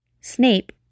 Snape